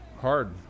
Hard